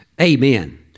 Amen